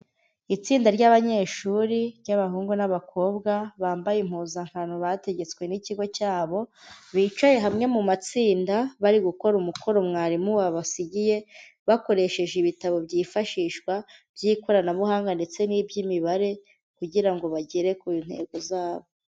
Itsinda ry'abanyeshuri ry'abahungu n'abakobwa, bambaye impuzankano bategetswe n'ikigo cyabo, bicaye hamwe mu matsinda, bari gukora umukoro mwarimu wabasigiye, bakoresheje ibitabo byifashishwa, by'ikoranabuhanga ndetse n'iby'imibare, kugira ngo bagere ku ntego zabo.